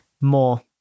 more